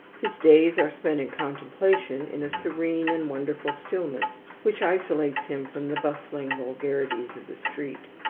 his days are spent in contemplation, in a serene and wonderful stillness, which isolates him from the bustling vulgarities of the street.